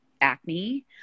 acne